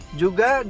juga